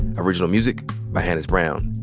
original music by hannis brown.